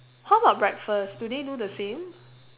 how about breakfast do they do the same